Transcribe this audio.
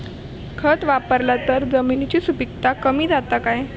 खत वापरला तर जमिनीची सुपीकता कमी जाता काय?